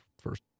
first